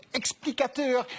explicateur